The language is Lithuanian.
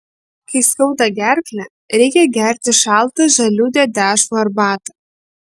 kai skauda gerklę reikia gerti šaltą žalių dedešvų arbatą